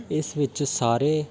ਇਸ ਵਿੱਚ ਸਾਰੇ